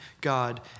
God